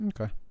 Okay